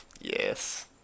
Yes